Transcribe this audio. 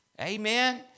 Amen